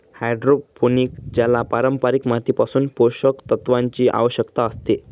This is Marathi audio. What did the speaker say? हायड्रोपोनिक ज्याला पारंपारिक मातीपासून पोषक तत्वांची आवश्यकता असते